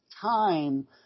time